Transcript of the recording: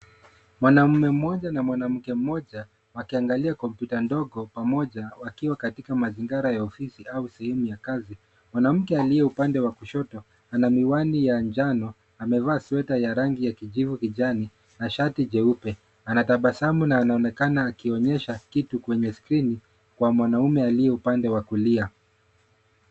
Mwanaume mmoja na mwanamke mmoja wakiangalia kompyuta ndogo pamoja, wakiwa katika mazingira ya ofisi au sehemu ya kazi. Mwanamke aliye upande wa kushoto ana miwani ya njano, amevaa sweta ya rangi ya kijivu kijani na shati jeupe. Anatabasamu na anaonekana akionyesha kitu kwenye skrini, kwa mwanaume aliye upande wa kulia.